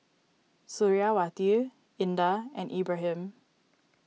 Suriawati Indah and Ibrahim